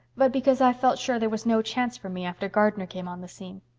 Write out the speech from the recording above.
but because i felt sure there was no chance for me after gardner came on the scene.